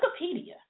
Wikipedia